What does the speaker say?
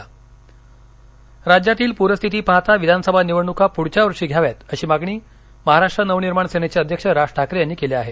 मनसे राज्यातील पूरस्थिती पाहता विधानसभा निवडणुका पुढच्या वर्षी घ्याव्यात अशी मागणी महाराष्ट्र नवनिर्माण सेनेचे अध्यक्ष राज ठाकरे यांनी केली आहे